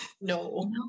No